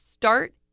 Start